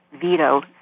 veto